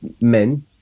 men